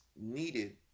needed